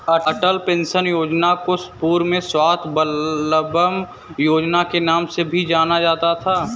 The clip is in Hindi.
अटल पेंशन योजना को पूर्व में स्वाबलंबन योजना के नाम से भी जाना जाता था